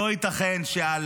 לא ייתכן שעל